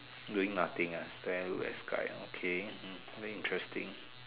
doing nothing ah then look at sky okay hmm very interesting